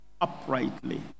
uprightly